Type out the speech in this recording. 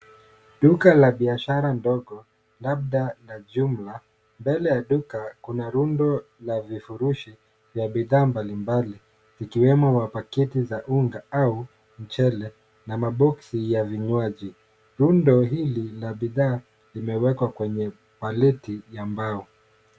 Duka la biashara ndogo, labda na jumla, mbele ya duka kuna rundo la vifurushi ya bidhaa mbalimbali ikiwemo wa paketi za unga au mchele na maboxi ya vinywaji. Rundo hili la baadhi limewekwa kwenye paleti la mbao.